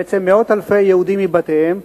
בעצם מאות אלפי יהודים מבתיהם,